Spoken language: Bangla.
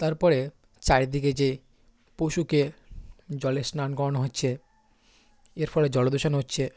তারপরে চারিদিকে যে পশুকে জলে স্নান করানো হচ্ছে এর ফলে জল দূষণ হচ্ছে